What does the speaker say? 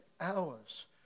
hours